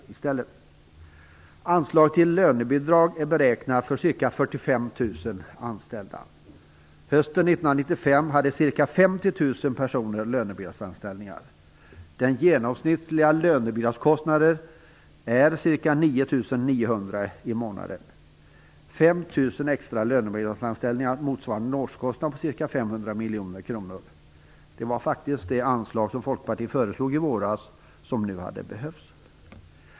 anställningar. Hösten 1995 hade ca 50 000 personer lönebidragsanställningar. Den genomsnittliga lönebidragskostnaden är ca 9 900 kronor per månad. 5 000 extra lönebidragsanställningar motsvarar en årskostnad på ca 500 miljoner kronor. Det var det anslag som Folkpartiet föreslog i våras som nu hade behövts.